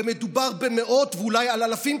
ומדובר במאות ואולי אלפים,